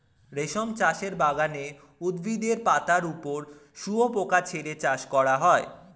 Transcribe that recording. রেশম চাষের বাগানে উদ্ভিদের পাতার ওপর শুয়োপোকা ছেড়ে চাষ করা হয়